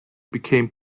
became